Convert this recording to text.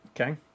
Okay